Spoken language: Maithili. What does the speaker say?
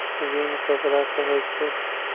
ऋण ककरा कहे छै?